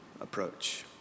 approach